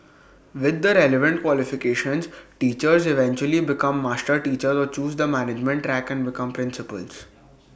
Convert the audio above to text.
with the relevant qualifications teachers eventually become master teachers or choose the management track and become principals